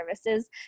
services